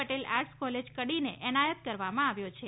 Patel arts college કડીને એનાયત કરવામાં આવ્યો છે